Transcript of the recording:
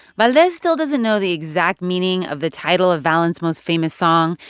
valdez still doesn't know the exact meaning of the title of valens' most famous song,